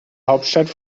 hauptstadt